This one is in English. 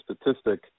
statistic